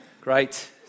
Great